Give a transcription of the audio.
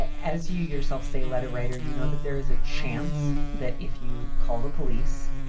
as you yourself say, letter writer, you know that there is a chance that if you call the police,